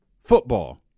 football